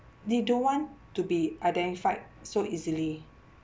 they don't want to be identified so easily